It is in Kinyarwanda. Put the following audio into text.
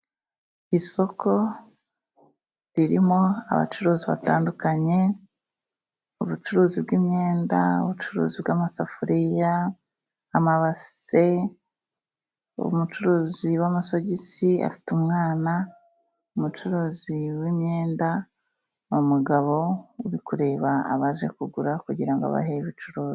Isoko ririmo abacuruzi batandukanye, ubucuruzi bw'imyenda, ubucuruzi bw'amasafuriya, amabase, umucuruzi w'amasogisi afite umwana, umucuruzi w'imyenda, umugabo uri kureba abaje kugura kugira abahe ibicuruzwa.